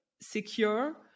secure